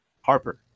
Harper